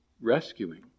rescuing